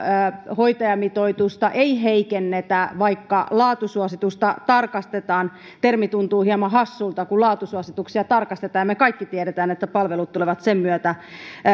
hoitajamitoitusta ei heikennetä vaikka laatusuositusta tarkastetaan termi tuntuu hieman hassulta kun laatusuosituksia tarkastetaan ja me kaikki tiedämme että palvelut tulevat sen myötä